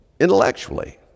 intellectually